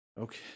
Okay